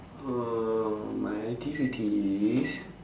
uh my activity is